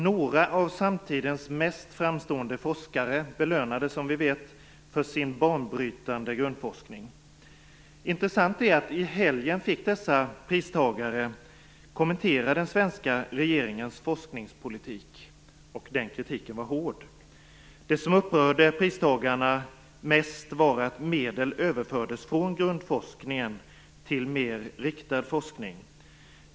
Några av samtidens mest framstående forskare belönades för sin banbrytande grundforskning. I helgen fick dessa pristagare kommentera den svenska regeringens forskningspolitik, och kritiken var hård. Det som upprörde pristagarna mest var att medel överfördes från grundforskningen till den mer riktade forskningen.